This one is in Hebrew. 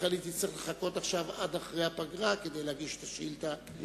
ולכן היא תצטרך לחכות עכשיו עד אחרי הפגרה כדי להגיש את השאילתא הבאה.